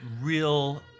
real